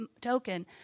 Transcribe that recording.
token